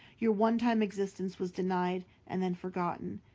your one-time existence was denied and then forgotten.